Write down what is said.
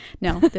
no